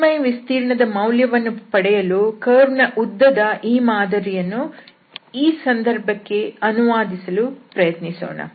ಮೇಲ್ಮೈ ವಿಸ್ತೀರ್ಣ ದ ಮೌಲ್ಯವನ್ನು ಪಡೆಯಲು ಕರ್ವ್ನ ಉದ್ದ ದ ಈ ಮಾದರಿಯನ್ನು ಈ ಸಂದರ್ಭಕ್ಕೆ ಅನುವಾದಿಸಲು ಯತ್ನಿಸೋಣ